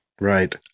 right